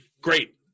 great